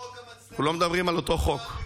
חוק המצלמות עבר בקריאה,